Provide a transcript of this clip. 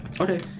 Okay